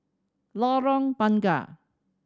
Lorong Bunga